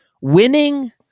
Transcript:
Winning